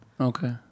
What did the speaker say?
Okay